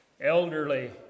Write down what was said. elderly